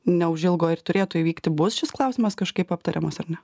neužilgo ir turėtų įvykti bus šis klausimas kažkaip aptariamas ar ne